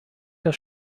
der